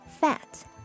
fat